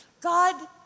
God